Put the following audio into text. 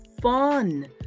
fun